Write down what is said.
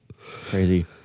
crazy